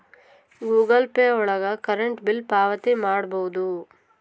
Google Pay ಒಳಗ current bill ಪಾವತಿ ಮಾಡ್ಬೋದು